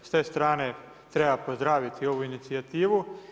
S te strane treba pozdraviti ovu inicijativu.